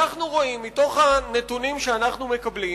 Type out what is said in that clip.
אנחנו רואים מתוך הנתונים שאנחנו מקבלים